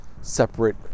separate